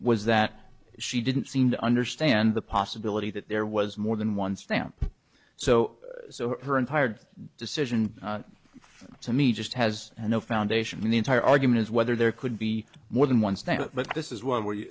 was that she didn't seem to understand the possibility that there was more than one stamp so tired decision to me just has no foundation in the entire argument is whether there could be more than one statement but this is one where you